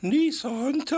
Nissan